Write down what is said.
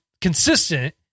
consistent